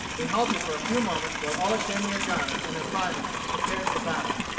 they halted for a few moments while all examined their guns and their priming and prepared for battle.